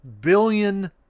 Billion